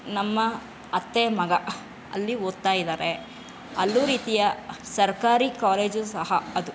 ನಮ್ಮ ಅತ್ತೆ ಮಗ ಅಲ್ಲಿ ಓದ್ತಾ ಇದ್ದಾರೆ ಅಲ್ಲೂ ರೀತಿಯ ಸರ್ಕಾರಿ ಕಾಲೇಜು ಸಹ ಅದು